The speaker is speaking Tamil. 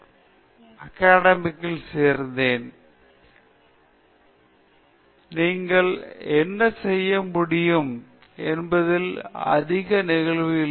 பேராசிரியர் பிரதாப் ஹரிதாஸ் சரி நீங்கள் என்ன செய்ய முடியும் என்பதில் அதிக நெகிழ்வு இல்லை